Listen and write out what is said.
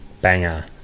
banger